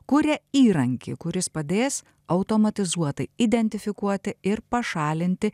kuria įrankį kuris padės automatizuotai identifikuoti ir pašalinti